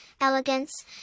elegance